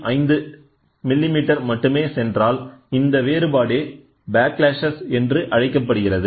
5mm மட்டுமே சென்றால்இந்த வேறுபாடே ப்ளாக்ளாஷ் என்று அழைக்கப்படுகிறது